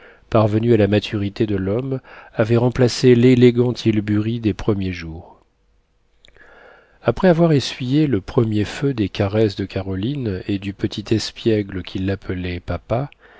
parvenu à la maturité de l'homme avait remplacé l'élégant tilbury des premiers jours après avoir essuyé le premier feu des caresses de caroline et du petit espiègle qui l'appelait papa